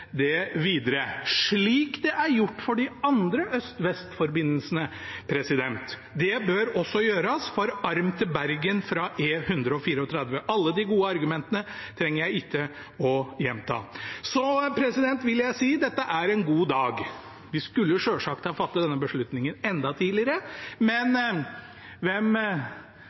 det videre, slik det er gjort for de andre øst–vest-forbindelsene. Det bør også gjøres for arm til Bergen fra E134. Alle de gode argumentene trenger jeg ikke å gjenta. Så vil jeg si: Dette er en god dag. Vi skulle selvsagt ha fattet denne beslutningen enda tidligere, men hvem